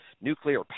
nuclear